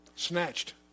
snatched